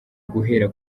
guhera